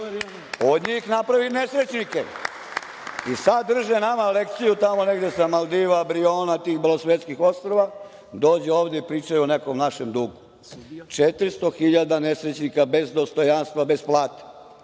Od njih napravi nesrećnike. Sada drže nama lekciju tamo negde sa Maldiva, Briona, tih belosvetskih ostrva, dođu ovde i pričaju o nekom našem dugu. Četiristotine hiljade nesrećnika bez dostojanstva, bez plate.